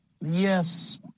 Yes